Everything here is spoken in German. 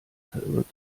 verirrt